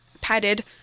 padded